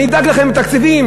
אני אדאג לכם לתקציבים,